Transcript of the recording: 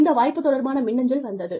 இந்த வாய்ப்பு தொடர்பான மின்னஞ்சல் வந்தது